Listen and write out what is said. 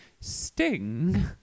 Sting